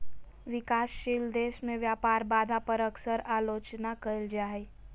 विकासशील देश में व्यापार बाधा पर अक्सर आलोचना कइल जा हइ